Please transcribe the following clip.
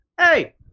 Hey